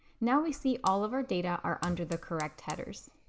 now we see all of our data are under the correct headers.